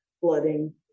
flooding